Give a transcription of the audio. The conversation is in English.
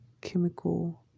chemical